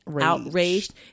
outraged